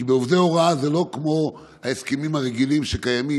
כי בעובדי הוראה זה לא כמו ההסכמים הרגילים שקיימים,